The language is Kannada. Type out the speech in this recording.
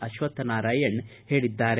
ಅಶ್ವಕ್ಷನಾರಾಯಣ ಹೇಳಿದ್ದಾರೆ